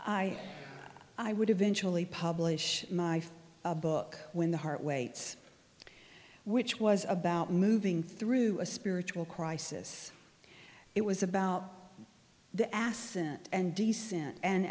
i i would eventually publish my book when the heart waits which was about moving through a spiritual crisis it was about the asset and decent and